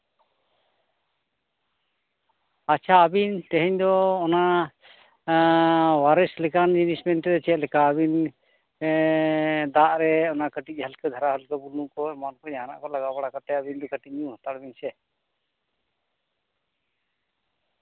ᱟᱪᱪᱷᱟ ᱟᱹᱵᱤᱱ ᱛᱮᱦᱮᱧ ᱫᱚ ᱚᱱᱟ ᱚᱣᱟᱨᱮᱹᱥ ᱞᱮᱠᱟᱱ ᱡᱤᱱᱤᱥ ᱢᱮᱱᱛᱮ ᱪᱮᱫᱞᱮᱠᱟ ᱟᱹᱵᱤᱱ ᱫᱟᱜ ᱨᱮ ᱚᱱᱟ ᱠᱟᱹᱴᱤᱡ ᱦᱟᱹᱞᱠᱟᱹ ᱫᱷᱟᱨᱟ ᱵᱩᱞᱩᱝ ᱠᱚ ᱮᱢᱟᱱ ᱠᱚ ᱡᱟᱦᱟᱸᱱᱟᱜ ᱠᱚ ᱞᱟᱜᱟᱣ ᱵᱟᱲᱟ ᱠᱟᱛᱮᱫ ᱟᱹᱵᱤᱱ ᱫᱚ ᱠᱟᱹᱴᱤᱡ ᱧᱩ ᱦᱟᱛᱟᱲ ᱵᱤᱱ ᱥᱮ